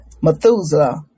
Methuselah